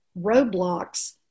roadblocks